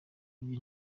burya